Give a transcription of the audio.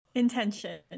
Intention